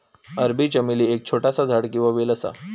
अरबी चमेली एक छोटासा झाड किंवा वेल असा